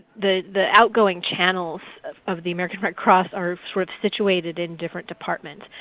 the the outgoing channels of of the american red cross are sort of situated in different departments.